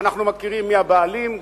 אנחנו מכירים מי הבעלים,